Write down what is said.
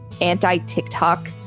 anti-TikTok